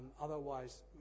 Otherwise